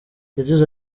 yagize